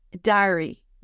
diary